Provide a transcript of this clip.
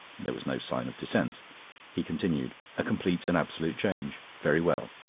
there was no sign of dissent he continued a complete and absolute change very well.